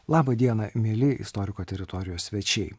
labą dieną mieli istoriko teritorijos svečiai